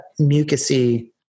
mucousy